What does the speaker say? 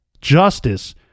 justice